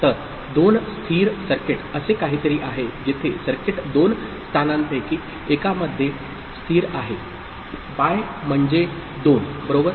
तर दोन स्थिर सर्किट असे काहीतरी आहे जेथे सर्किट दोन स्थानांपैकी एकामध्ये स्थिर आहे bi म्हणजे दोन बरोबर